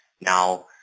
now